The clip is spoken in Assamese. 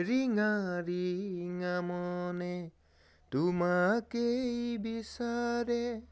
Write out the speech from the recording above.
ৰিঙা ৰিঙা মনে তোমাকেই বিচাৰে